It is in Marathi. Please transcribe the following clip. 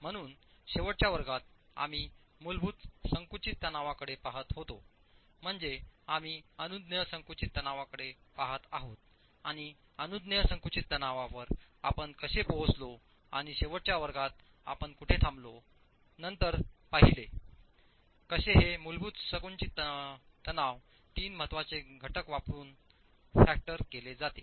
म्हणून शेवटच्या वर्गात आम्ही मूलभूत संकुचित तणावाकडे पहात होतो म्हणजे आम्ही अनुज्ञेय संकुचित तणावाकडे पहात आहोत आणि अनुज्ञेय संकुचित तणावावर आपण कसे पोहोचलो आणि शेवटच्या वर्गात आपण कुठे थांबलो नंतर पाहिले कसे हे मूलभूत संकुचित तणाव तीन महत्त्वाचे घटक वापरून फॅक्टर केले जाते